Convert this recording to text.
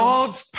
God's